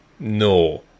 No